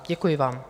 Děkuji vám.